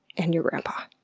and your grandpa.